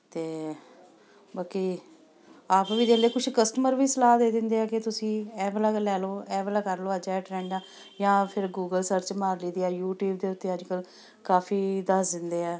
ਅਤੇ ਬਾਕੀ ਆਪ ਵੀ ਕੁਛ ਕਸਟਮਰ ਵੀ ਸਲਾਹ ਦੇ ਦਿੰਦੇ ਆ ਕਿ ਤੁਸੀਂ ਐਹ ਵਾਲਾ ਲੈ ਲੋ ਐਹ ਵਾਲਾ ਕਰ ਲੋ ਅੱਜ ਇਹ ਟਰੈਂਡ ਆ ਜਾਂ ਫਿਰ ਗੂਗਲ ਸਰਚ ਮਾਰ ਲਈ ਦੀ ਆ ਯੂਟੀਊਬ ਦੇ ਉੱਤੇ ਅੱਜ ਕੱਲ੍ਹ ਕਾਫੀ ਦੱਸ ਦਿੰਦੇ ਆ